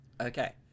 Okay